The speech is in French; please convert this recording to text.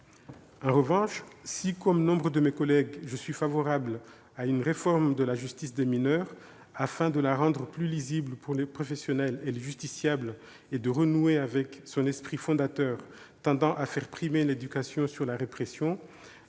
En revanche, si comme nombre de mes collègues, je suis favorable à réformer la justice des mineurs afin de la rendre plus lisible pour les professionnels et les justiciables, et de renouer avec son esprit fondateur, tendant à faire primer l'éducation sur la répression,